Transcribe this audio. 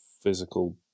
physical